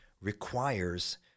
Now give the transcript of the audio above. requires